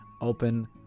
open